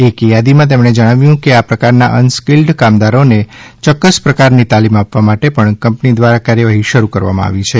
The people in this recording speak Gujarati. એક યાદીમાં તેમણે જણાવ્યું કે આ પ્રકારના અનસ્કિલ્ડ કામદારોને ચોક્કસ પ્રકારની તાલીમ આપવા માટે પણ કંપની દ્વારા કાર્યવાહી શરૃ કરવામાં આવી છે